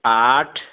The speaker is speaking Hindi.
आठ